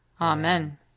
Amen